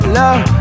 love